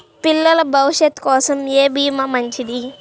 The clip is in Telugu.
పిల్లల భవిష్యత్ కోసం ఏ భీమా మంచిది?